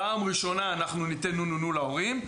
פעם ראשונה אנחנו ניתן 'נו, נו, נו' להורים,